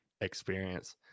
experience